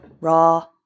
raw